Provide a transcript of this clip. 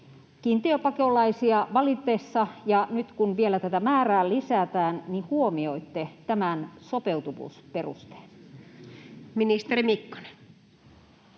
kiintiöpakolaisia valittaessa — nyt kun vielä tätä määrää lisätään — huomioitte tämän sopeutuvuusperusteen? [Speech